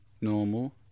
normal